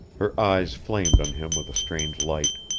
her eyes flamed on him with a strange light.